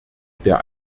der